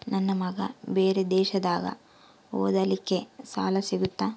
ನನ್ನ ಮಗ ಬೇರೆ ದೇಶದಾಗ ಓದಲಿಕ್ಕೆ ಸಾಲ ಸಿಗುತ್ತಾ?